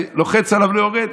זה לוחץ עליו, לא יורד.